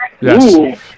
Yes